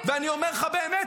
ואני אומר לך באמת,